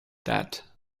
that